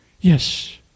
Yes